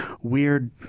weird